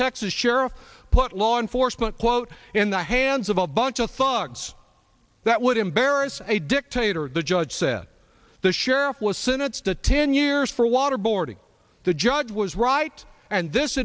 texas sheriff put law enforcement quote in the hands of a bunch of thugs that would embarrass a dictator the judge said the sheriff was sentenced to ten years for water boy already the judge was right and this